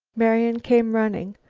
marian came running.